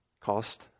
Cost